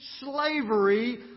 slavery